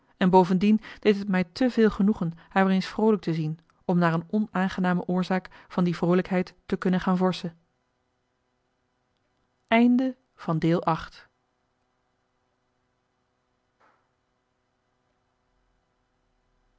en bovendien deed het mij te veel genoegen haar weer eens vroolijk te zien om naar een onaangename oorzaak van die vroolijkheid te kunnen gaan vorsche